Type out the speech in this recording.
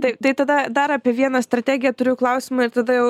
tai tai tada dar apie vieną strategiją turiu klausimą ir tada jau